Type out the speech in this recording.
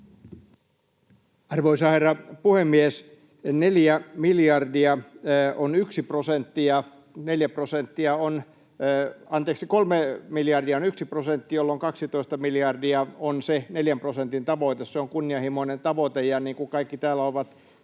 Arvoisa herra puhemies! Kolme miljardia on yksi prosentti, jolloin 12 miljardia on se neljän prosentin tavoite. Se on kunnianhimoinen tavoite, ja niin kuin kaikki täällä ovat